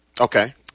okay